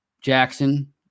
Jackson